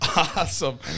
Awesome